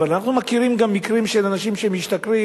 אבל אנחנו מכירים גם מקרים של אנשים שמשתכרים